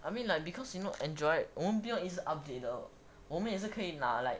I mean like because you know android 我们不用一直 update 的我们也是可以拿 like